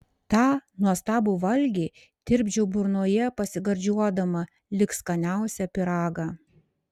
tą nuostabų valgį tirpdžiau burnoje pasigardžiuodama lyg skaniausią pyragą